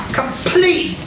complete